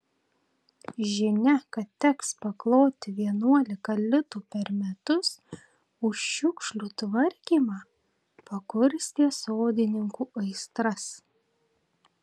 žinia kad teks pakloti vienuolika litų per metus už šiukšlių tvarkymą pakurstė sodininkų aistras